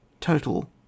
total